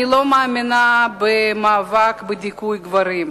אני לא מאמינה במאבק לדיכוי גברים,